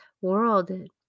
world